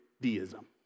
deism